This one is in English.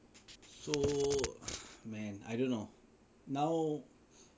so man I don't know now